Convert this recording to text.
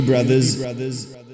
Brothers